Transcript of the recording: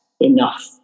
enough